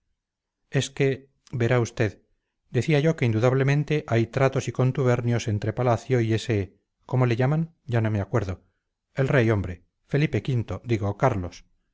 es que verá usted decía yo que indudablemente hay tratos y contubernios entre palacio y ese cómo le llaman ya no me acuerdo el rey hombre felipe v digo carlos